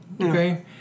okay